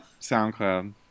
SoundCloud